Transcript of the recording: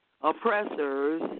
oppressors